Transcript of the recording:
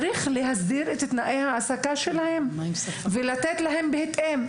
צריך להסדיר את תנאי ההעסקה שלהם ולתת להם בהתאם.